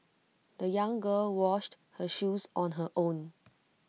the young girl washed her shoes on her own